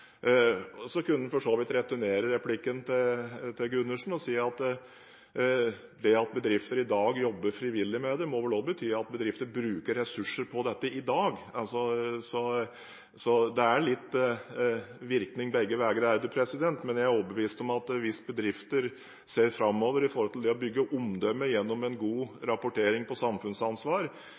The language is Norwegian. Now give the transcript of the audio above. Så kunne en for så vidt returnere replikken til Gundersen og si at det at bedrifter i dag jobber frivillig med det, vel også må bety at bedrifter bruker ressurser på dette i dag. Så det er litt virkning begge veier. Men jeg er overbevist om at hvis bedrifter ser framover når det gjelder det å bygge omdømme gjennom en god rapportering når det gjelder samfunnsansvar,